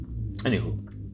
anywho